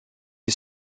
est